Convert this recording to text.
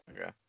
Okay